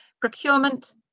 procurement